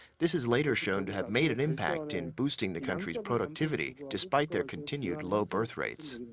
this has later shown to have made an impact in boosting the countries' and productivity despite their continued low birthrates.